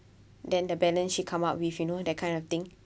then the balance she come up with you know that kind of thing